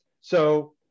So-